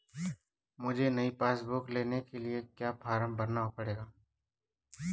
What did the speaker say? मुझे नयी passbook book लेने के लिए क्या फार्म भरना पड़ेगा?